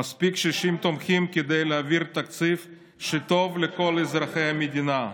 "מספיק 60 תומכים כדי להעביר תקציב שטוב לכל אזרחי המדינה".